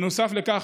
בנוסף לכך,